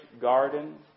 garden